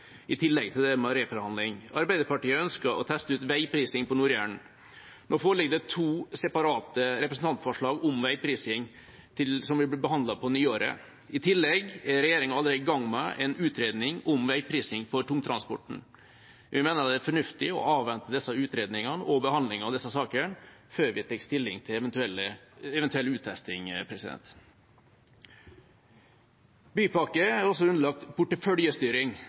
i tillegg til det om reforhandling. Arbeiderpartiet ønsker å teste ut veiprising på Nord-Jæren. Nå foreligger det to separate representantforslag om veiprising, som vil bli behandlet på nyåret. I tillegg er regjeringa allerede i gang med en utredning om veiprising for tungtransporten. Vi mener det er fornuftig å avvente disse utredningene og behandlingen av disse sakene før vi tar stilling til eventuell uttesting. Bymiljøpakken er også underlagt porteføljestyring.